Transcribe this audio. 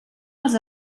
els